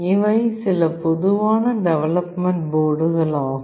இவை சில பொதுவான டெவலப்மெண்ட் போர்டுகள் ஆகும்